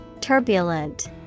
Turbulent